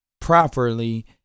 properly